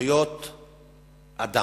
זכויות אדם,